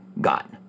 got